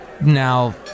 now